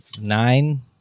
Nine